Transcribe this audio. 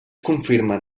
confirmen